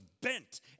bent